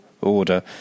order